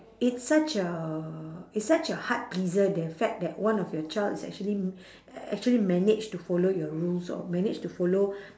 it's such a it's such a heart pleaser the fact that one of your child is actually actually manage to follow your rules or manage to follow